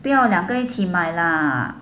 不要两个一起买 lah